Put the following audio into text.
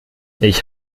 ich